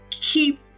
keep